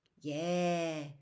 Yeah